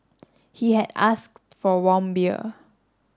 he had asked for warm beer